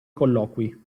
colloqui